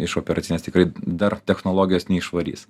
iš operacinės tikrai dar technologijos neišvarys